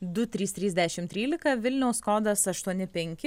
du trys trys dešim trylika vilniaus kodas aštuoni penki